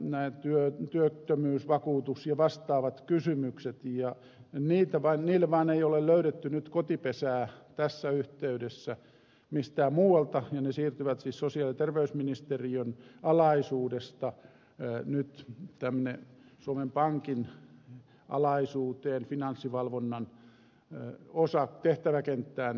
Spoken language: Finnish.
työttömyydelle vakuutukselle ja vastaaville kysymyksille ei vain ole löydetty kotipesää tässä yhteydessä mistään muualta ja ne siirtyvät siis sosiaali ja terveysministeriön alaisuudesta nyt suomen pankin alaisuuteen finanssivalvonnan tehtäväkenttään